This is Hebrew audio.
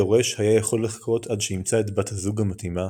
"היורש" יכול היה לחכות עד שימצא את בת הזוג המתאימה,